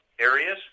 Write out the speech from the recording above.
areas